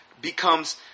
becomes